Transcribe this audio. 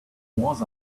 was